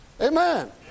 Amen